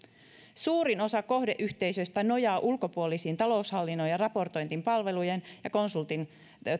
suurin osa kohdeyhteisöistä nojaa ulkopuolisiin taloushallinnon raportointipalvelujen ja konsultoinnin